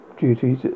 duties